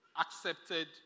accepted